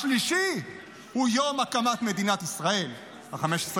השלישי הוא יום הקמת מדינת ישראל, 15 במאי.